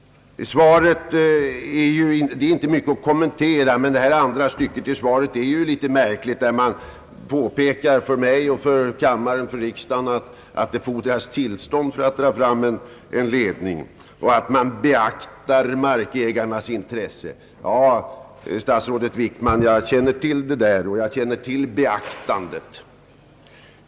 Det finns inte mycket att kommentera i statsrådets svar, men andra stycket i svaret finner jag märkligt. Där påpekas för mig, för kammaren och för riksdagen, att det »fordras tillstånd» för att dra fram en ledning och att man »beaktar markägarnas intressen». Ja, statsrådet Wickman, jag känner till det där och jag känner till vad »beaktande» innebär.